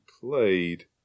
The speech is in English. played